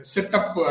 Setup